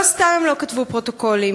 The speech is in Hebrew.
לא סתם לא כתבו פרוטוקולים.